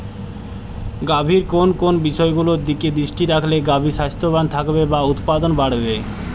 গাভীর কোন কোন বিষয়গুলোর দিকে দৃষ্টি রাখলে গাভী স্বাস্থ্যবান থাকবে বা দুধ উৎপাদন বাড়বে?